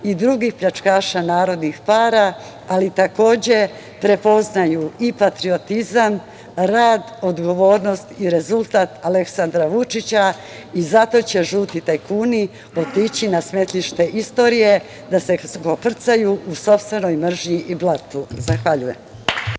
i drugih pljačkaša narodnih para, ali takođe prepoznaju i patriotizam, rad, odgovornost i rezultat Aleksandra Vučića i zato će žuti tajkuni otići na smetlište istorije, da se koprcaju u sopstvenoj mržnji i blatu. Zahvaljujem.